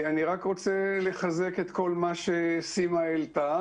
אני רק רוצה לחזק את כל מה שסימה העלתה.